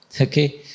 Okay